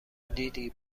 دیدی